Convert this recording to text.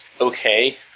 okay